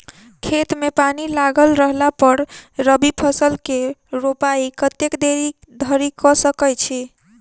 खेत मे पानि लागल रहला पर रबी फसल केँ रोपाइ कतेक देरी धरि कऽ सकै छी?